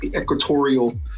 equatorial